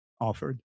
offered